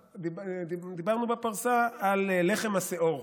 דיברנו בפרסה על לחם השאור.